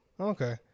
Okay